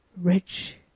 rich